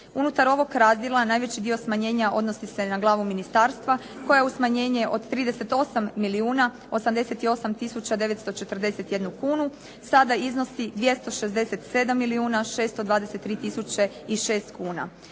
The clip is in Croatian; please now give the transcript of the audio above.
Unutar ovog razdjela najveći dio smanjenja odnosi se na glavu ministarstva koja u smanjenje od 38 milijuna 88 tisuća 941 kunu sada iznosi 267 milijuna 623 tisuće